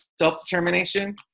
self-determination